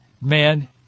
man